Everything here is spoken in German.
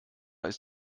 ist